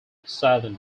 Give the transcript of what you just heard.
seven